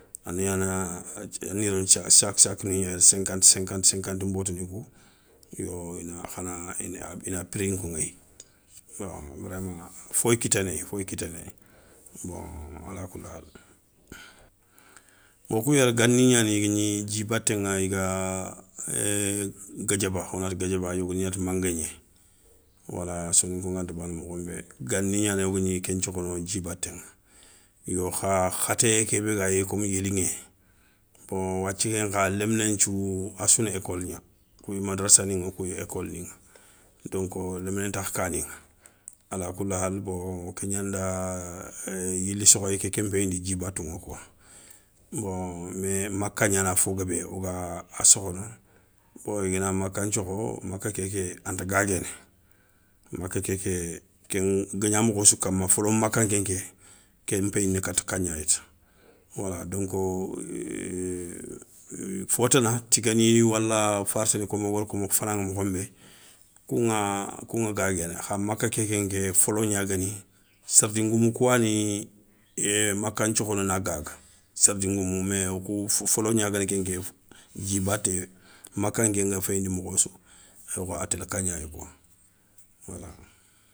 A na gnana, a na gnana sac sac ni gnaya cinquante cinquante cinquante nbotoni kou yo ina khana ina pri nkoŋéyi yo vraiment foyi kiténéy foyi kiténéy, bon alakoulihale, wo kou yéré gani gnani i gagni dji batéŋa i ga guédiéba wonati guédiéba, yogoni nati mangagné wala soninko nganta bana mokho nbé gani gnani wogagni ken thiokhono dji baté ŋa yo kha khatéyé kébé ga yéyi komi yéliŋé, bon wathi kenkha léminé nthiou assouna école gna kouya madrassani kouya école donk, lémina ntakha kaniŋa alakoulihal, bon ké gnanda yilé sokhoyé kéké npéyindi dji batouŋa kouwa. Bon mais maka gnana afo guébé oga a sokhono bon i gana maka nthiokho maka kéké anta gaguéné, maka kéké ken nga gna mokho sou kama, folomaka nkéké, ken péyini kata ka gnayi ta wala donk fotana tigani, wala fartani komo wogada ko mokho fanaŋa mokho nbé kouŋa, kouŋa gaguéné kha maka kénkén ké folo gna guéni sardi ngoumou kouwani é maka nthiokhono na gaaga, sardi ngoumou, mé wokou folo gna guéni kenké dji baté maka nké nga féyindi mokho sou ayakho a télé ka gnaya kouwa wala.